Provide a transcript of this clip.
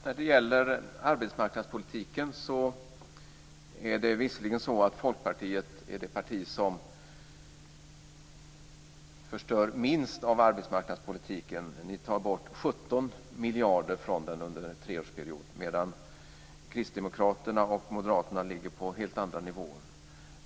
Fru talman! När det gäller arbetsmarknadspolitiken är det visserligen så att Folkpartiet är det parti som förstör minst av denna. Ni tar bort 17 miljarder från den under en treårsperiod, medan Kristdemokraterna och Moderaterna ligger på helt andra nivåer.